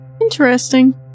Interesting